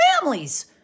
families